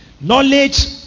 knowledge